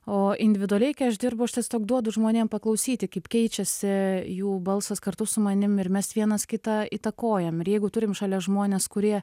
o individualiai kai aš uždirbu aš tiesiog duodu žmonėms paklausyti kaip keičiasi jų balsas kartu su manim ir mes vienas kitą įtakojam ir jeigu turim šalia žmones kurie